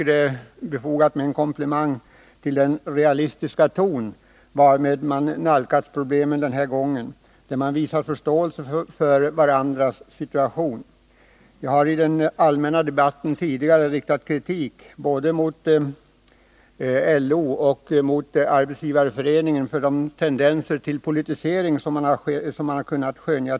Det är befogat med en komplimang för den realism varmed parterna denna gång har nalkats problemen. Man har visat förståelse för varandras situation. Jag har tidigare i den allmänna debatten riktat kritik både mot LO och mot Arbetsgivareföreningen för de tendenser till politisering som vi tidigare har kunnat skönja.